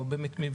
או במבנים אחרים.